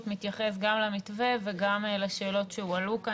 מתייחס גם למתווה וגם לשאלות שהועלו כאן.